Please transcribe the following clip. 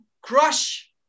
crush